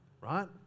Right